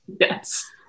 Yes